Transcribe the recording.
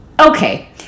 okay